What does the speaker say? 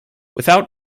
without